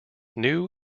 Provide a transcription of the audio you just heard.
new